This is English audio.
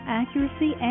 accuracy